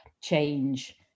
change